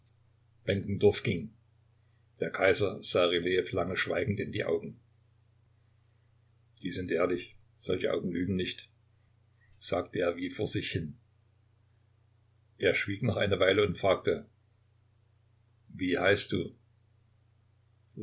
benkendorf benkendorf ging der kaiser sah rylejew lange schweigend in die augen die sind ehrlich solche augen lügen nicht sagte er wie vor sich hin er schwieg noch eine weile und fragte wie heißt du